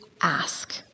ask